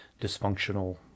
dysfunctional